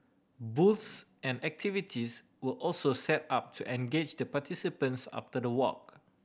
booths and activities were also set up to engage the participants after the walk